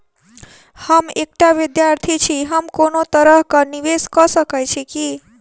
हम एकटा विधार्थी छी, हम कोनो तरह कऽ निवेश कऽ सकय छी की?